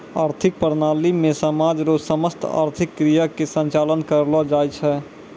आर्थिक प्रणाली मे समाज रो समस्त आर्थिक क्रिया के संचालन करलो जाय छै